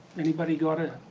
anybody got an